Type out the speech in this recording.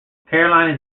caroline